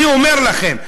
אני אומר לכם,